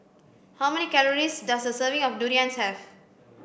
how many calories does a serving of durian have